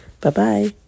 bye-bye